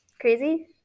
crazy